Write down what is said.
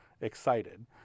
excited